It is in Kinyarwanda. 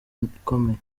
ikomeye